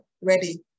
ready